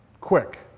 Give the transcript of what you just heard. quick